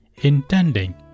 Intending